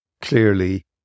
clearly